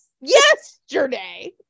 Yesterday